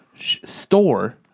store